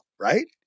right